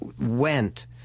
went